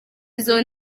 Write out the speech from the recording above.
izo